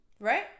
Right